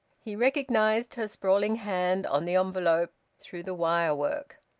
he recognised her sprawling hand on the envelope through the wirework.